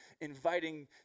inviting